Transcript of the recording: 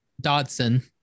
Dodson